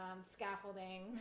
scaffolding